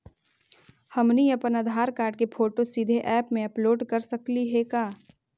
हमनी अप्पन आधार कार्ड के फोटो सीधे ऐप में अपलोड कर सकली हे का?